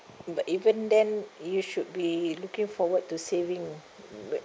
but even then you should be looking forward to saving but